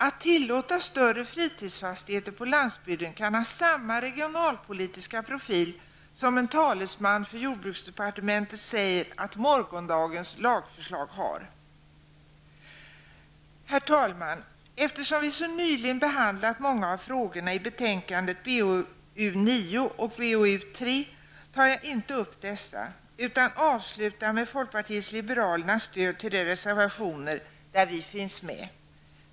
Att tillåta större fritidsfastigheter på landsbygden kan ha samma regionalpolitiska profil som en talesman för jordbruksdepartementet säger att morgondagens lagförslag har. Herr talman! Eftersom vi nu så nyligen har behandlat många av frågorna i betänkandena BoU9 och BoU3, tar jag inte upp dessa utan avslutar med folkpartiet liberalernas stöd till de reservationer där vi finns med.